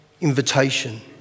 invitation